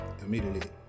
immediately